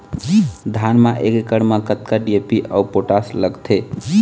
धान म एक एकड़ म कतका डी.ए.पी अऊ पोटास लगथे?